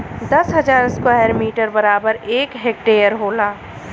दस हजार square metre बराबर एक हेक्टेयर होला